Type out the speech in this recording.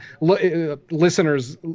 listeners